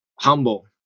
humble